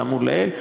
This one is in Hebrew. כאמור לעיל.